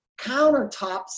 countertops